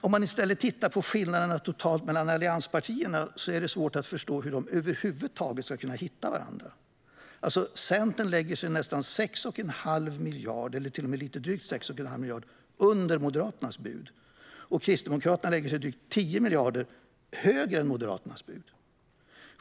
Om man i stället tittar på skillnaderna totalt mellan allianspartierna är det svårt att förstå hur de över huvud taget ska kunna hitta varandra. Centern lägger sig på drygt 6 1⁄2 miljard under Moderaternas bud och Kristdemokraterna lägger sig på drygt 10 miljarder högre än Moderaterna.